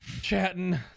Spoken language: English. chatting